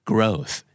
Growth